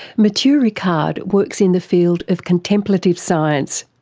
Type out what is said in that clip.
matthieu ricard works in the field of contemplative science.